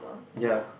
ya